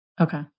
Okay